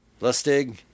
Lustig